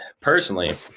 personally